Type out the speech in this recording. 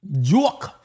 Joke